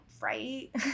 right